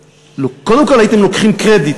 קודם כול הייתם לוקחים קרדיט,